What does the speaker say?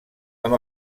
amb